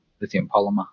lithium-polymer